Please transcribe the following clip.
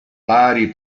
pari